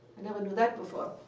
i never knew that before.